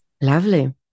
Lovely